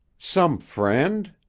some friend?